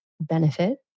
benefit